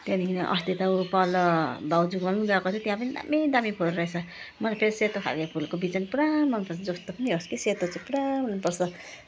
त्यहाँदेखि अस्ति उ पल्लो भाउजूकोमा पनि गएको थिएँ त्यहाँ पनि दामी दामी फुल रहेछ म त फेरि सेतो खालके फुलको बिजन पुरा मनपर्छ जस्तो पनि होस् कि सेतो चाहिँ पुरा मनपर्छ